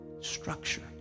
structure